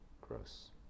gross